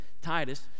titus